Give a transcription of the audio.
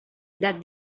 that